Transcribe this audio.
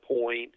point